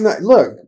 Look